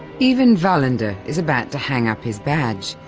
even wallander is about to hang up his badge,